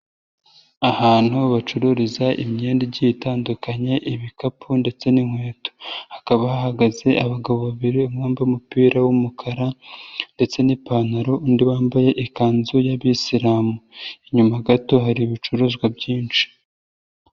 Ahantu bacururiza imyenda igiye itandukanye, ibikapu ndetse n'inkweto, hakaba hahagaze abagabo babiri umwe wambaye umupira w'umukara ndetse n'ipantaro undi wambaye ikanzu y'Abisilamu, inyuma gato hari ibicuruzwa byinshi.